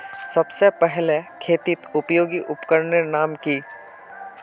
सबसे पहले खेतीत उपयोगी उपकरनेर नाम की?